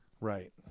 right